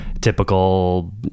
typical